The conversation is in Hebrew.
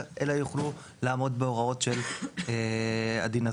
אלא יוכלו לעמוד בהוראות של הדין הזר.